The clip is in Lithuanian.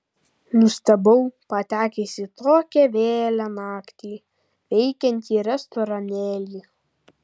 nustebau patekęs į tokią vėlią naktį veikiantį restoranėlį